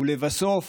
ולבסוף